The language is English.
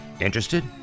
Interested